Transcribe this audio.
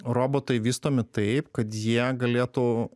robotai vystomi taip kad jie galėtų